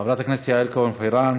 חברת הכנסת יעל כהן-פארן,